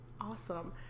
Awesome